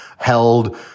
held